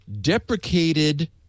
deprecated